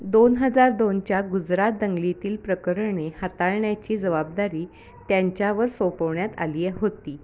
दोन हजार दोनच्या गुजरात दंगलीतील प्रकरणे हाताळण्याची जबाबदारी त्यांच्यावर सोपवण्यात आली होती